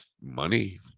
money